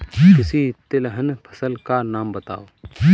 किसी तिलहन फसल का नाम बताओ